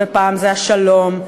פעם זה השלום,